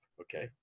Okay